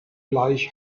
gleich